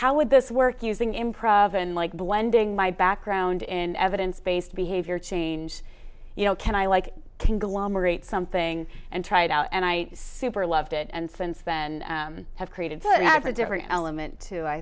how would this work using improv and like blending my background in evidence based behavior change you know can i like conglomerate something and try it out and i super loved it and since then i have created so that have a different element to i